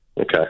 Okay